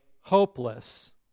hopeless